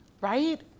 right